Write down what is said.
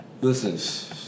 Listen